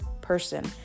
person